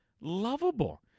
lovable